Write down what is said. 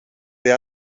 wer